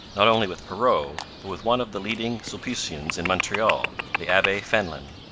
not only with perrot, but with one of the leading sulpicians in montreal, the abbe fenelon.